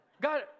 God